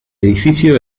edificio